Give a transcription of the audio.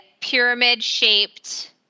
pyramid-shaped